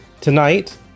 Tonight